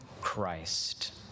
Christ